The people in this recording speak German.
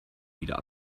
wieder